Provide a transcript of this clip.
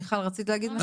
מיכל, רצית להגיד משהו?